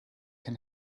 can